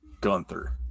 Gunther